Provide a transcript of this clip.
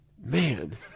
Man